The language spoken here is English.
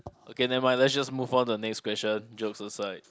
okay never mind let's just move on to the next question jokes aside